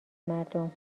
مردم